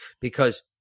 Because-